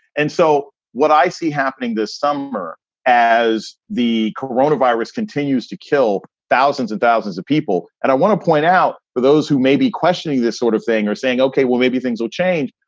and so what i see happening this summer as the corona virus continues to kill thousands and thousands of people. and i want to point out for those who may be questioning this sort of thing or saying, ok, well, maybe things will change,